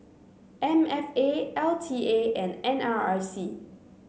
M F A L T A and N R I C